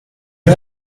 you